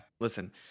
listen